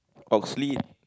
Oxley